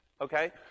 okay